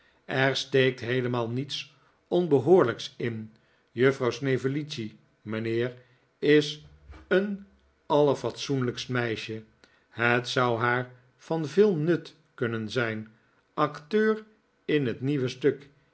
er steekt heelemaal niets onbehoorlijks in juffrouw snevellicci mijnheer is een allerfatsoenlijkst meisje het zou haar van heel veel nut kunnen zijn acteur in het nieuwe stuk